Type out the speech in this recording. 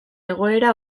egoera